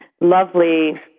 Lovely